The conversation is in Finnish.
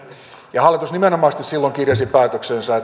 ja hallitus nimenomaisesti silloin kirjasi päätökseensä